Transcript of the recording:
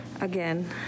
again